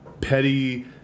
Petty